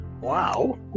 Wow